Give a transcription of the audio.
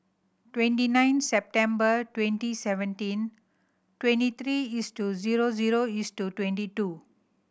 twenty nine September twenty seventeen twenty three zero zero twenty two